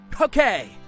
Okay